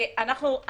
ואני